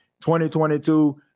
2022